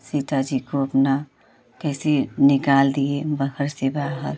सीता जी को अपना कैसे निकाल दिए घर से बाहर